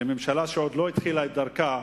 שממשלה שעוד לא התחילה את דרכה,